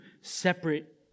separate